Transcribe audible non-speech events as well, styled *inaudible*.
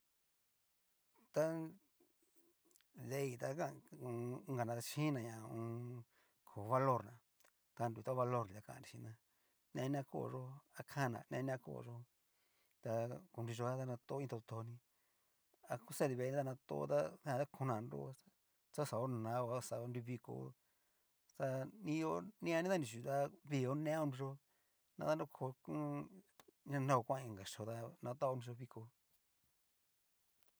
Ta dei ta kan inkaña chininá ho o on. ko valorna ta nru ta ho valor nri ta kannri chinna neni na koyó a kanana neni na kó xó ta konruixo ka ta nrato iin totoni a ku xanri veeni ta nrato tá jan ta kona nro xaxa onaó a xa onrui viko ta ni i'o ni ehani ta ni yú ta vine konruiyó, nadanroko *hesitation* ña nao kuan inka yó tá na'nguatao konrui viko.